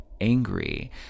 angry